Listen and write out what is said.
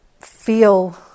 feel